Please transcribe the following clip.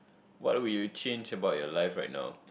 what would you change about your life right now